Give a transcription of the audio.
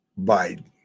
Biden